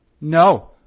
no